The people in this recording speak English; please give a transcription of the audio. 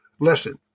Listen